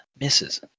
misses